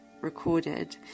recorded